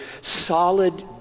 solid